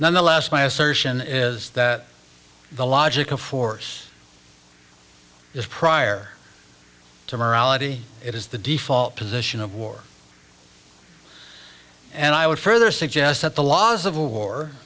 nonetheless my assertion is that the logic of force is prior to morality it is the default position of war and i would further suggest that the laws of war